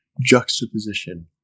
juxtaposition